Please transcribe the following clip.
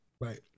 Right